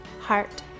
heart